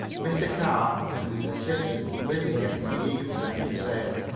mr. carr and his assistants were busy getting the eagle ready to sail,